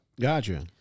Gotcha